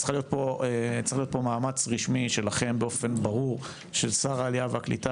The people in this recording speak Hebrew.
צריך להיות פה מאמץ רשמי שלכם באופן ברור של שר העלייה והקליטה,